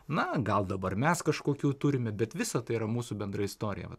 na gal dabar mes kažkokių turime bet visa tai yra mūsų bendra istorija vat